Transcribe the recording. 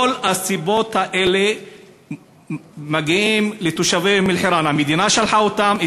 כל הסיבות האלה מגיעות לתושבי אום-אלחיראן: המדינה שלחה אותם,